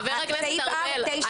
חבר הכנסת ארבל,